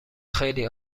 خیلی